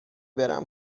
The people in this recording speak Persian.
برم